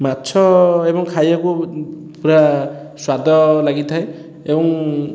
ମାଛ ଏବଂ ଖାଇବାକୁ ପୁରା ସ୍ୱାଦ ଲାଗିଥାଏ ଏବଂ